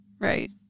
right